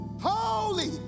holy